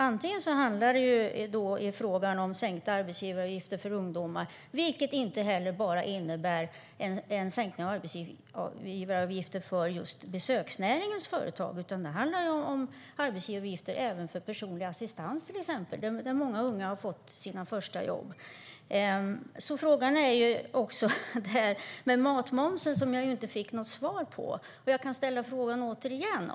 Det handlar om sänkta arbetsgivaravgifter för ungdomar, vilket inte bara innebär en sänkning av arbetsgivaravgifterna för just besöksnäringens företag utan också om arbetsgivaravgifter för till exempel personlig assistans där många unga har fått sitt första jobb. Det här med matmomsen fick jag inte något svar på. Jag kan ställa frågan igen.